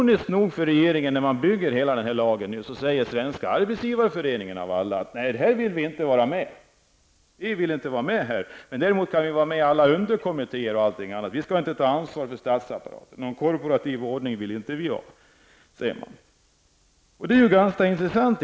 När man nu från regeringens sida bygger upp hela den här lagen säger man ironiskt nog från svenska arbetsgivareföreningen att man inte vill vara med. Man kan däremot tänka sig att vara med i underkommittéer och annat, men man vill inte ta ansvar för statsapparaten och ha någon kooperativ ordning. Det är ganska intressant.